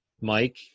Mike